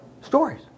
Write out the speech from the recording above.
Stories